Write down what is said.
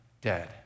dead